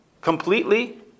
Completely